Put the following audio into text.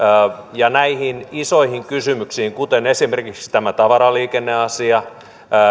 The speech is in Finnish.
näihin isoihin kysymyksiin kuten esimerkiksi tämä tavaraliikenneasia